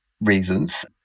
reasons